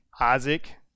Isaac